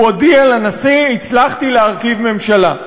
הוא הודיע לנשיא: הצלחתי להרכיב ממשלה.